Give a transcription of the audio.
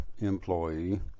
employee